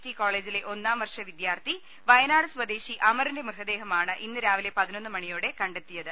T കോളജിലെ ഒന്നാം വർഷ വിദ്യാർഥി വയനാട് സ്വദേശി അമറിന്റെ മൃതദേഹമാണ് രാവിലെ പതിനൊന്ന് മണിയോടെ കണ്ടെത്തിയത്